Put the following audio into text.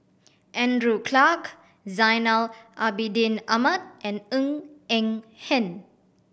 Andrew Clarke Zainal Abidin Ahmad and Ng Eng Hen